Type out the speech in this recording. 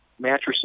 mattresses